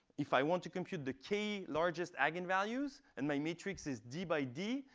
if i want to compute the k largest eigenvalues and my matrix is d by d,